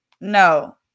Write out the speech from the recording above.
No